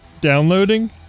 Downloading